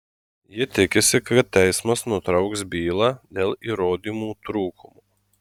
ji tikisi kad teismas nutrauks bylą dėl įrodymų trūkumo